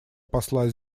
посла